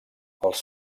els